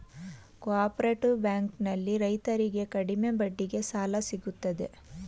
cooperative bank ನಲ್ಲಿ ರೈತರಿಗೆ ಕಡಿಮೆ ಬಡ್ಡಿಗೆ ಸಾಲ ಸಿಗುತ್ತದೆ